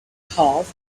half